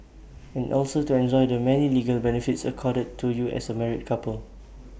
and also to enjoy the many legal benefits accorded to you as A married couple